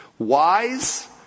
Wise